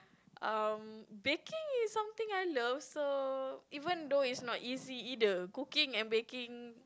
um baking is something I love so even though it's not easy either cooking and baking